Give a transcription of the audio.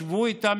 שבו איתם,